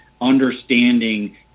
understanding